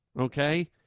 okay